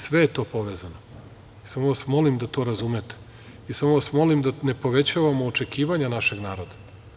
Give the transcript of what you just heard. Sve je to povezano i samo vas molim da to razumete i samo vas molim da ne povećavamo očekivanja našeg naroda.